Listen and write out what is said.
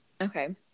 okay